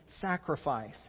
sacrifice